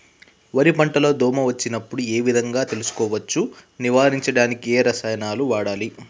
వరి పంట లో దోమ వచ్చినప్పుడు ఏ విధంగా తెలుసుకోవచ్చు? నివారించడానికి ఏ రసాయనాలు వాడాలి?